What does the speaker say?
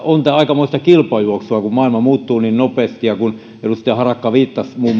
tämä aikamoista kilpajuoksua kun maailma muuttuu niin nopeasti ja kun edustaja harakka viittasi